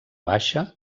baixa